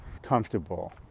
comfortable